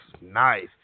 nice